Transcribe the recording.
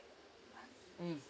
mm